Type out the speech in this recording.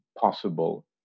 possible